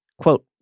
Quote